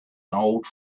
old